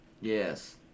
Yes